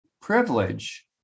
privilege